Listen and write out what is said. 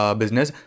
business